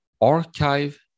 archive